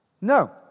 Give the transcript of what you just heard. No